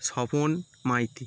Swapan Maiti